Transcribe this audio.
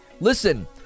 listen